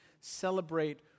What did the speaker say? celebrate